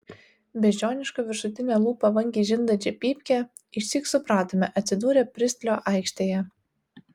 beždžioniška viršutine lūpa vangiai žindančią pypkę išsyk supratome atsidūrę pristlio aikštėje